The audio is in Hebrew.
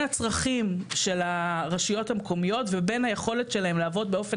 הצרכים של הרשויות המקומיות ובין היכולת שלהם לעבוד באופן